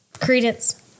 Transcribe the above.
Credence